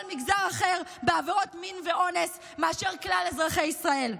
מגזר אחר בעבירות מין ואונס מאשר כלל אזרחי ישראל.